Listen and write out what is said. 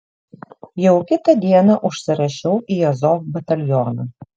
jau kitą dieną užsirašiau į azov batalioną